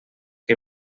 que